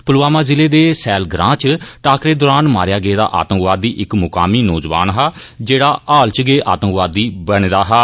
पुलवामा जिले दे सैल ग्रां च टाकरे दरान मारेआ गेदा आतंकवादी इक मकामी नोजवान हा जेहड़ा हाल च गै आतंकवादी बने दा हा